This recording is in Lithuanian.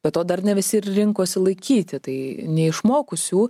be to dar ne visi ir rinkosi laikyti tai neišmokusių